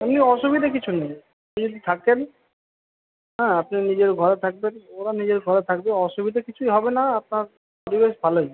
এমনি অসুবিধা কিছু নেই নিন থাকেন হ্যাঁ আপনি নিজের ঘরে থাকবেন ওরা নিজের ঘরে থাকবে অসুবিধা কিছুই হবে না আপনার পরিবেশ ভালোই